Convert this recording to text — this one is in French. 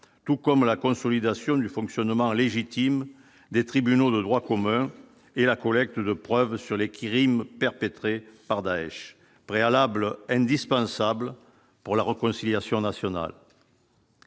tout comme la consolidation du fonctionnement légitime des tribunaux de droit commun et la collecte de preuves sur les qui rime perpétré par Daech, préalable indispensable pour la réconciliation nationale.